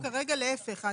לא, אנחנו כרגע להיפך.